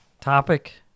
topic